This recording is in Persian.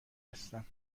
هستم